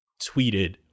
tweeted